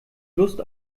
lust